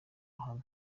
ruhame